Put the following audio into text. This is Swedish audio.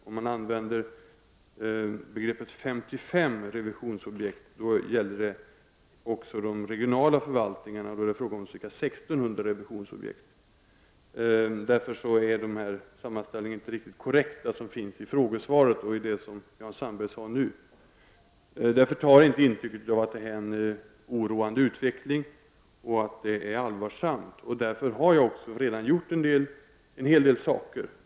Om man talar om 55 revisionsobjekt, och då alltså räknar in även de regionala förvaltningarna, då är det fråga om ca 1 600 revisionsobjekt. Av denna anledning är de sammanställningar som finns i frågesvaret, vilka nu nämndes av Jan Sandberg, inte riktigt korrekta. Därför får man inte intrycket att detta är en oroande utveckling och att det är allvarsamt. Jag har också med anledning därav vidtagit en hel del åtgärder.